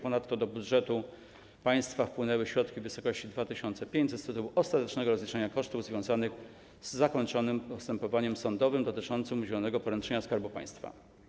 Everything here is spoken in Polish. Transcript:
Ponadto do budżetu państwa wpłynęły środki w wysokości 2500 zł z tytułu ostatecznego rozliczenia kosztów związanych z zakończonym postępowaniem sądowym dotyczącym udzielonego poręczenia Skarbu Państwa.